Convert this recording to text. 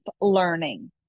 learning